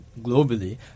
globally